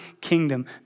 kingdom